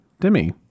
Demi